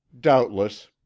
Doubtless